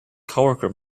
coworker